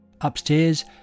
Upstairs